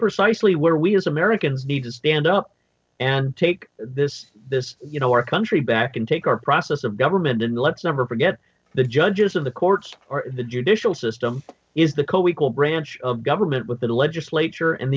precisely where we as americans need to stand up and take this this you know our country back and take our process of government and let's never forget the judges of the courts are the judicial system is the co equal branch of government with the legislature and